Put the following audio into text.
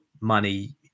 money